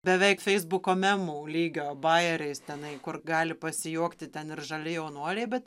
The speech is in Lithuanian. beveik feisbuko memų lygio bajeriais tenai kur gali pasijuokti ten ir žali jaunuoliai bet